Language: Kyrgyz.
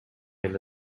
эле